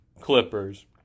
Clippers